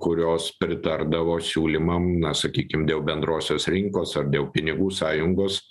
kurios pritardavo siūlymam na sakykim dėl bendrosios rinkos ar dėl pinigų sąjungos